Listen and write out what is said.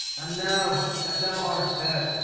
and now that thou art dead,